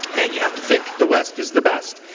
and you have to think the west is the best.